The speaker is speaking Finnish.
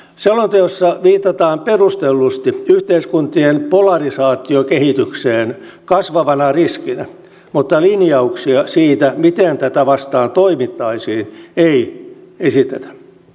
selonteossa viitataan perustellusti yhteiskuntien polarisaatiokehitykseen kasvavana riskinä mutta linjauksia siitä miten tätä vastaan toimittaisiin ei esitetä